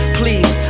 please